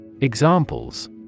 Examples